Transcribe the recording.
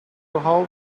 how